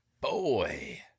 Boy